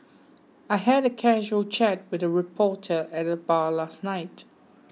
I had a casual chat with a reporter at the bar last night